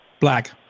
Black